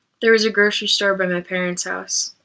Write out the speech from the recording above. there was a grocery store by my parents' house,